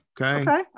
okay